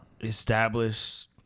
establish